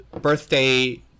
birthday